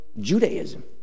Judaism